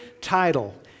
title